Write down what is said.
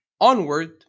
Onward